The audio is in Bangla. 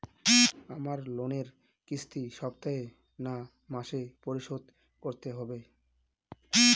আমার লোনের কিস্তি সপ্তাহে না মাসে পরিশোধ করতে হবে?